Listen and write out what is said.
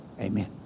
Amen